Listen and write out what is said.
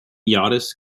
jahres